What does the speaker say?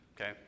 Okay